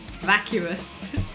vacuous